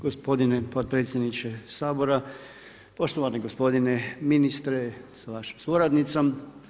Gospodine potpredsjedniče Sabora, poštovani gospodine ministre sa vašom suradnicom.